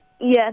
Yes